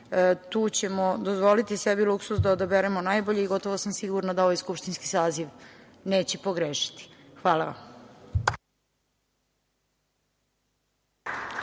Tu ćemo dozvoliti sebi luksuz da odaberemo najbolje i gotovo sam sigurna da ovaj skupštinski saziv neće pogrešiti. Hvala vam.